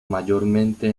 mayormente